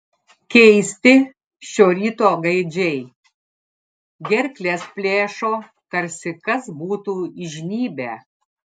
keisti šio ryto gaidžiai gerkles plėšo tarsi kas būtų įžnybę